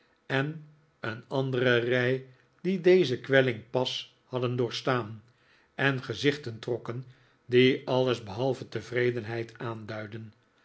en een andere rij die deze kwelling pas hadden doorstaan en gezichten trokken die alles behalve tevredenheid aanduidden